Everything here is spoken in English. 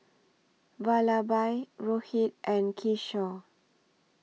Vallabhbhai Rohit and Kishore